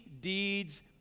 deeds